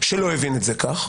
שלא הבין את זה כך.